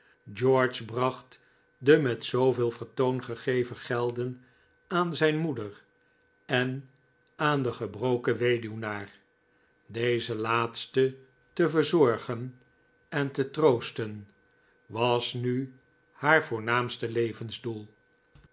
george bracht de met zooveel vertoon gegeven gelden aan zijn moeder en aan den gebroken weduwnaar dezen laatste te verzorgen en te troosten was nu haar voornaamste levensdoel